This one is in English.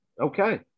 Okay